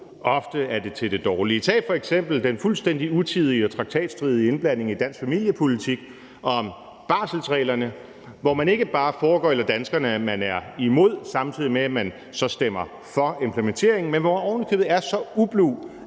ofte er det til det dårlige. Tag f.eks. den fuldstændig utidige og traktatstridige indblanding i dansk familiepolitik om barselsreglerne, hvor man ikke bare foregøgler danskerne, at man er imod, samtidig med at man så stemmer for implementeringen, men hvor man ovenikøbet er så ublu